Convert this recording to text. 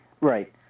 Right